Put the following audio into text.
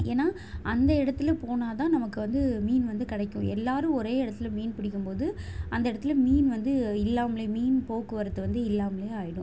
ஏன்னா அந்த இடத்துல போனால் தான் நமக்கு வந்து மீன் வந்து கிடைக்கும் எல்லோரும் ஒரே இடத்துல மீன் பிடிக்கும் போது அந்த இடத்துல மீன் வந்து இல்லாமலேயே மீன் போக்குவரத்து வந்து இல்லாமலேயே ஆகிடும்